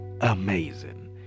amazing